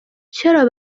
چرا